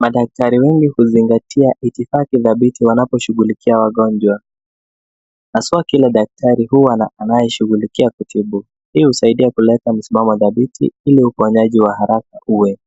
Madaktari wengi huzingatia itifaki dhabiti wanaposhugulikia wagonjwa. Haswaa kila daktari huwa anayeshugulikia kutibu. Hii husaidia kuleta msimamo dhabiti ili uponyaji wa haraka uwe.